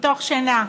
מתוך שינה,